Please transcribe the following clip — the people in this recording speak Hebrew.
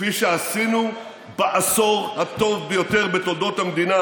כפי שעשינו בעשור הטוב ביותר בתולדות המדינה,